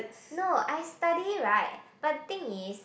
no I study right but thing is